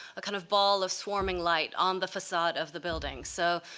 a kind of ball of swarming light on the facade of the building. so